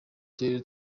turere